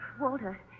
Walter